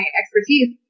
expertise